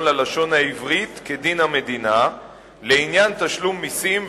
ללשון העברית כדין המדינה לעניין תשלום מסים,